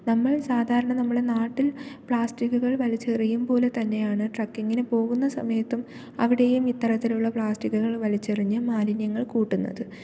നമ്മൾ സാധാരണ നമ്മളുടെ നാട്ടിൽ പ്ലസ്റ്റിക്കുകൾ വലിച്ചെറിയും പോലെ തന്നെയാണ് ട്രക്കിങ്ങിനു പോകുന്ന സമയത്തും അവിടെയും ഇത്തരത്തിലുള്ള പ്ലാസ്റ്റിക്കുകൾ വലിച്ചെറിഞ്ഞ് മാലിന്യങ്ങൾ കൂട്ടുന്നത്